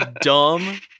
dumb